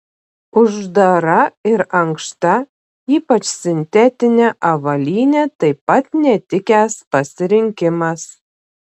uždara ir ankšta ypač sintetinė avalynė taip pat netikęs pasirinkimas